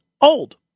old